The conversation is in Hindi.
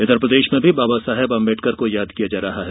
इधर प्रदेश में भी बाबा साहब अम्बेडकर को याद किया जा रहा है